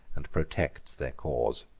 and protects their cause.